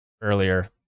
earlier